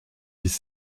dix